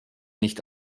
nicht